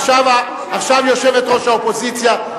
עכשיו יושבת-ראש האופוזיציה,